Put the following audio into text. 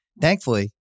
Thankfully